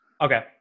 Okay